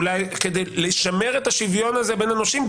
כדי לשמר את השוויון הזה בין הנושים,